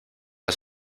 has